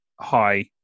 high